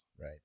Right